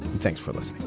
thanks for this